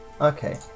Okay